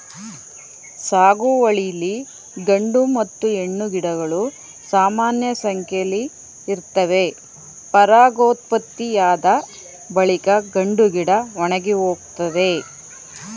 ಸಾಗುವಳಿಲಿ ಗಂಡು ಮತ್ತು ಹೆಣ್ಣು ಗಿಡಗಳು ಸಮಾನಸಂಖ್ಯೆಲಿ ಇರ್ತವೆ ಪರಾಗೋತ್ಪತ್ತಿಯಾದ ಬಳಿಕ ಗಂಡುಗಿಡ ಒಣಗಿಹೋಗ್ತದೆ